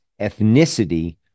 ethnicity